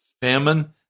famine